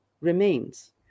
remains